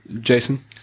Jason